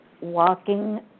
walking